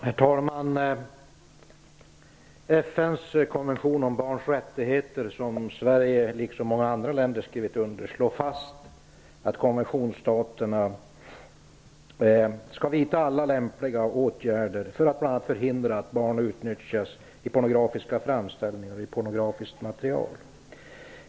Herr talman! FN:s konvention om barns rättigheter, som Sverige liksom många andra länder skrivit under slår fast att konventionsstaterna skall vidta alla lämpliga ågärder för att bl.a. förhindra att barn utnyttjas i pornografiska framställningar och i pornografiskt material.